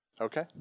Okay